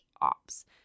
ops